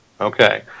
Okay